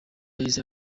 yahise